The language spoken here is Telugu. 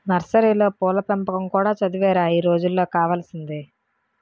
నర్సరీలో పూల పెంపకం కూడా చదువేరా ఈ రోజుల్లో కావాల్సింది